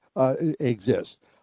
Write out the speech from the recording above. exist